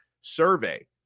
survey